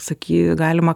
sakyt galima